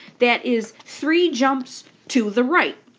that is three jumps to the right.